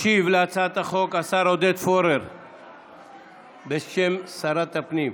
ישיב להצעת החוק השר עודד פורר בשם שרת הפנים.